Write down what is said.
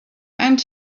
and